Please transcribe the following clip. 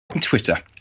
Twitter